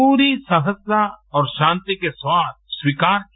पूरी सहजता और शांति के साथ स्वीकार किया